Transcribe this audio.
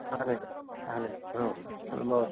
आगच्छ हा भवतु